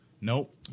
Nope